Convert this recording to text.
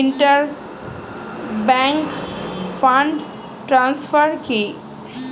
Inter bank fund transfer কি?